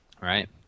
right